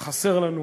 החסר לנו,